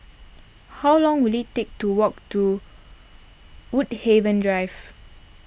how long will it take to walk to Woodhaven Drive